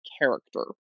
character